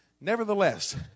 Nevertheless